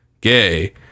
gay